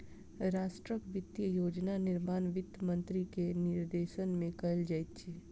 राष्ट्रक वित्तीय योजना निर्माण वित्त मंत्री के निर्देशन में कयल जाइत अछि